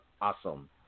awesome